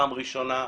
פעם ראשונה,